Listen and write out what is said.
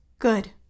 Good